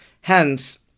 Hence